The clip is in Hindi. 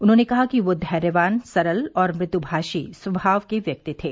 उन्होंने कहा कि वे धैर्यवान सरल और मृदुभाषी स्वभाव के व्यक्ति थे